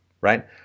right